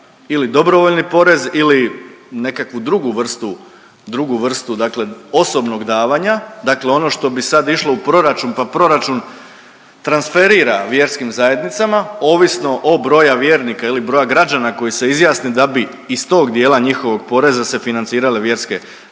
dobrovoljni porez ili nekakvu drugu vrstu, drugu vrstu dakle osobnog davanja, dakle ono što bi sad išlo u proračun, pa proračun transferira vjerskim zajednicama, ovisno o broja vjernika ili broja građana koji se izjasni da bi iz tog dijela njihovog poreza se financirale vjerske zajednice.